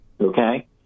Okay